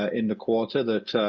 ah in the quarter that